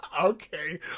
Okay